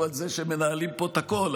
במובן זה שהם מנהלים פה את הכול,